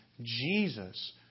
Jesus